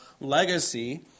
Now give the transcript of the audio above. legacy